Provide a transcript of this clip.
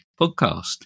podcast